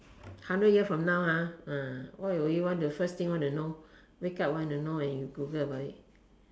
hundred years from now ha ah what will you want the first thing one to know wake up one to know and you google about it